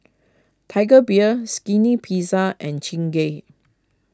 Tiger Beer Skinny Pizza and Chingay